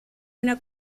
una